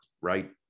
right